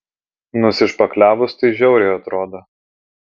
nusišpakliavus tai žiauriai atrodo